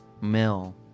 mill